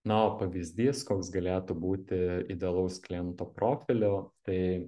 na o pavyzdys koks galėtų būti idealaus kliento profilio tai